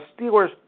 Steelers